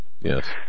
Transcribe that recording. yes